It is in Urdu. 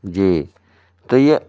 جی تو یہ